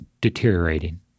deteriorating